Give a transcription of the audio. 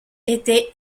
était